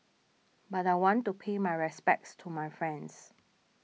but I want to pay my respects to my friends